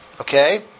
Okay